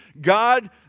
God